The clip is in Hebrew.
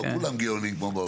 לא כולם גאונים כמו באוצר.